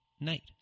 night